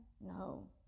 No